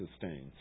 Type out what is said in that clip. sustains